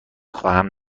خواهم